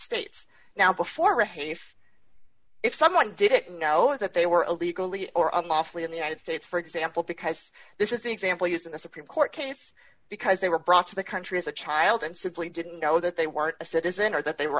states now before recchi if if someone didn't know that they were illegally or unlawfully in the united states for example because this is the example used in the supreme court case because they were brought to the country as a child and simply didn't know that they were a citizen or that they were